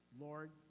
Lord